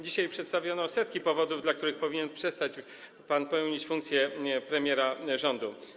Dzisiaj przedstawiono setki powodów, dla których powinien przestać pan pełnić funkcję premiera rządu.